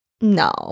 no